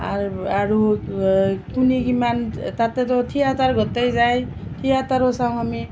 আৰু আৰু কোনে কিমান তাতেটো থিয়েটাৰ গোটেই যায় থিয়েটাৰো চাওঁ আমি